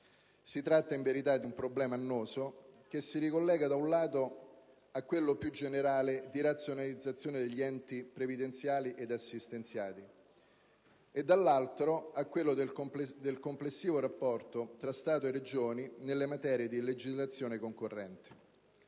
Si tratta in verità di un problema annoso, che si ricollega, da un lato, a quello più generale di razionalizzazione degli enti previdenziali ed assistenziali e, dall'altro, a quello del complessivo rapporto tra Stato e regioni nelle materie di legislazione concorrente.